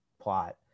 plot